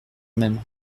même